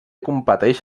competeix